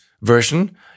version